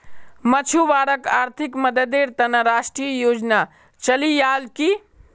मछुवारॉक आर्थिक मददेर त न राष्ट्रीय योजना चलैयाल की